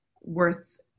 worth